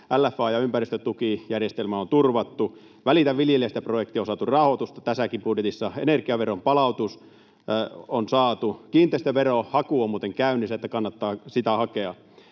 LFA- ja ympäristötukijärjestelmä on turvattu, Välitä viljelijästä ‑projektiin on saatu rahoitusta tässäkin budjetissa, energiaveron palautus on saatu — kiinteistöverohaku on muuten käynnissä, kannattaa sitä hakea.